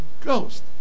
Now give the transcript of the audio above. Ghost